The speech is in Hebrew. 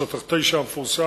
שטח 9 המפורסם,